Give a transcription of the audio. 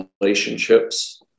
relationships